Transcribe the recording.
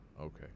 Okay